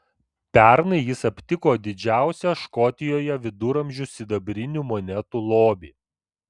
pernai jis aptiko didžiausią škotijoje viduramžių sidabrinių monetų lobį